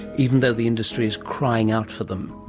even though the industry is crying out for them.